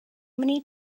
many